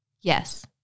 Yes